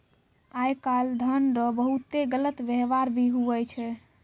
आय काल धन रो बहुते गलत वेवहार भी हुवै छै